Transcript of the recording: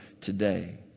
today